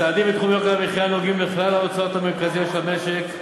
הצעדים בתחום יוקר המחיה נוגעים לכלל ההוצאות המרכזיות של המשק,